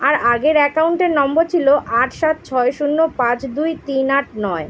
আর আগের অ্যাকাউন্টের নম্বর ছিল আট সাত ছয় শূন্য পাঁচ দুই তিন আট নয়